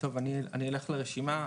טוב, אני אלך לרשימה.